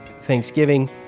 Thanksgiving